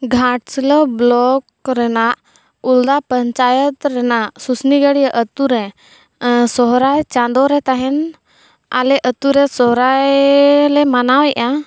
Ghatshila block ᱨᱮᱱᱟᱜ ᱩᱞᱫᱟ ᱯᱚᱧᱪᱟᱭᱮᱛ ᱨᱮᱱᱟᱜ ᱥᱩᱥᱱᱤᱜᱟᱹᱲᱭᱟᱹ ᱟᱛᱳ ᱨᱮ ᱥᱚᱦᱨᱟᱭ ᱪᱟᱸᱫᱳ ᱨᱮ ᱛᱟᱦᱮᱱ ᱟᱞᱮ ᱟᱛᱳᱨᱮ ᱥᱚᱦᱨᱟᱭ ᱞᱮ ᱢᱟᱱᱟᱣᱮᱜᱼᱟ